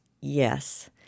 yes